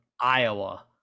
Iowa